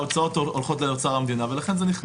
ההוצאות הולכות לאוצר המדינה ולכן זה נכנס.